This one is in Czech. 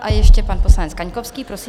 A ještě pan poslanec Kaňkovský, prosím.